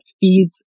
feeds